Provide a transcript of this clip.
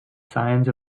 signs